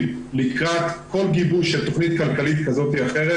לקראת כל גיבוש של תוכנית כלכלית כזאת או אחרת,